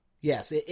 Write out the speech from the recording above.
Yes